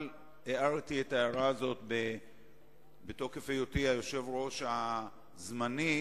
הערתי את ההערה הזאת בתוקף היותי היושב-ראש הזמני,